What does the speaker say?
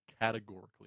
categorically